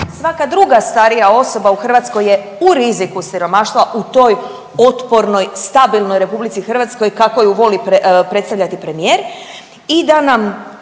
svaka druga starija osoba u Hrvatskoj je u riziku od siromaštva u toj otpornoj, stabilnoj RH kako ju voli predstavljati premijer